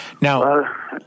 Now